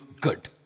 good